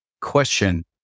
question